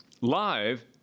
live